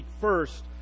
first